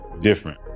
different